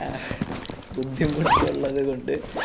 ബുദ്ധിമുട്ടുള്ളത് കൊണ്ട്